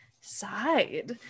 side